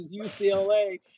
UCLA